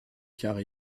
car